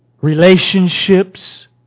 relationships